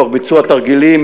תוך ביצוע תרגילים,